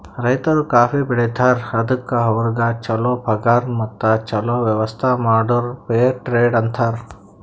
ರೈತರು ಕಾಫಿ ಬೆಳಿತಾರ್ ಅದುಕ್ ಅವ್ರಿಗ ಛಲೋ ಪಗಾರ್ ಮತ್ತ ಛಲೋ ವ್ಯವಸ್ಥ ಮಾಡುರ್ ಫೇರ್ ಟ್ರೇಡ್ ಅಂತಾರ್